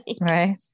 Right